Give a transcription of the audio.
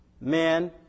men